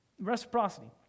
Reciprocity